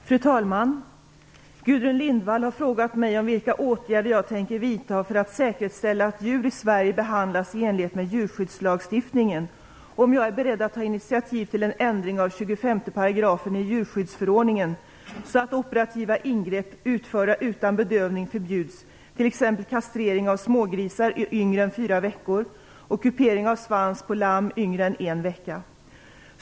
Fru talman! Gudrun Lindvall har frågat mig om vilka åtgärder jag tänker vidta för att säkerställa att djur i Sverige behandlas i enlighet med djurskyddslagstiftningen och om jag är beredd att ta initiativ till en ändring av 25 § djurskyddsförordningen, så att operativa ingrepp utförda utan bedövning förbjuds, t.ex. kastrering av smågrisar yngre än fyra veckor och kupering av svans på lamm yngre än en vecka.